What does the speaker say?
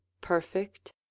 perfect